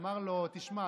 אמר לו: תשמע,